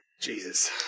Jesus